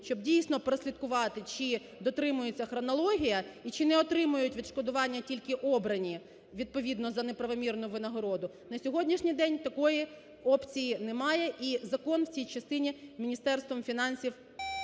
щоб дійсно прослідкувати, чи дотримується хронологія і чи не отримають відшкодування тільки обрані відповідно за не правомірну винагороду, на сьогоднішній день такої опції немає і закон в цій частині Міністерством фінансів не виконаний.